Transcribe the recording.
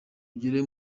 ugere